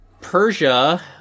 Persia